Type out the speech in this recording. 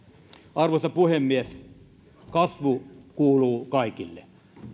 arvoisa puhemies kasvu kuuluu kaikille